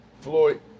Floyd